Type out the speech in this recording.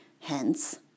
Hence